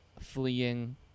fleeing